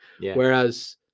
Whereas